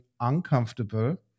uncomfortable